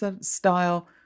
style